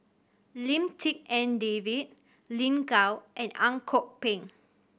Lim Tik En David Lin Gao and Ang Kok Peng